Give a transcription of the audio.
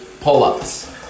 pull-ups